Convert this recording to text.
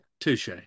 touche